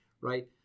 right